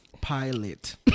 pilot